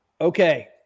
Okay